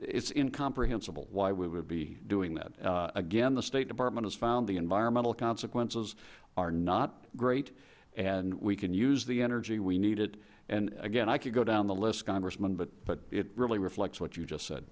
it's incomprehensible why we would be doing that again the state department has found the environmental consequences are not great and we can use the energy we need it and again i could go down the list congressman but it really reflects what you just said